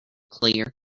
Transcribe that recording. clear